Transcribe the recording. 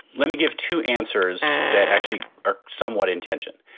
let me give two answers that actually are somewhat intention.